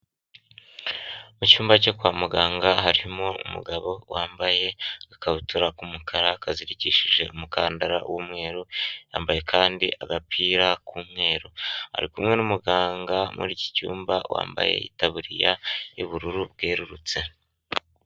Mu cyumba cyo kwa muganga harimo umugabo wambaye agakabutura k'umukar, kazirikishije umukandara w'umweru, yambaye kandi agapira k'umweru, ari kumwe n'umuganga muri iki cyumba wambaye itaburiya y'ubururu bwerurutse.